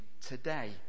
today